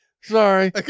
Sorry